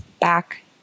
back